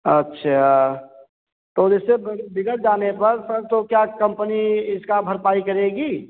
अच्छा तो जैसे बिगड़ जाने पर सर तो क्या कम्पनी इसका भरपाई करेगी